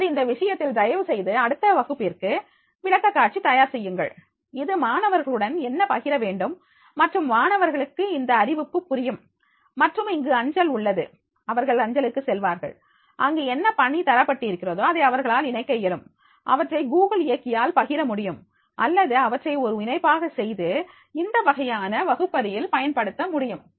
இப்போது இந்த விஷயத்தில் தயவுசெய்து அடுத்த வகுப்பிற்கு விளக்கக்காட்சி தயார் செய்யுங்கள் இது மாணவர்களுடன் என்ன பகிர வேண்டும் மற்றும் மாணவர்களுக்கு இந்த அறிவிப்பு புரியும் மற்றும் இங்கு அஞ்சல் உள்ளது அவர்கள் அஞ்சலுக்கு செல்வார்கள் அங்கு என்ன பணி தரப்பட்டிருக்கிறதோ அதை அவர்களால் இணைக்க இயலும் அவற்றை கூகுள் இயக்கியில் பகிர முடியும் அல்லது அவற்றை ஒரு இணைப்பாக செய்து இந்த வகையான வகுப்பறையில் பயன்படுத்த முடியும்